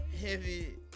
Heavy